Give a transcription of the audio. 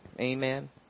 Amen